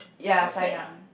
oh sad ah